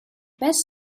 best